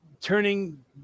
turning